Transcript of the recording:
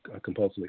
compulsively